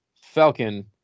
Falcon